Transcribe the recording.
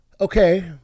Okay